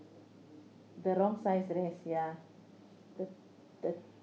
the wrong size dress ya the the